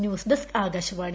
news desk Akashvani